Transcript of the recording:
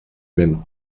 même